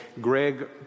Greg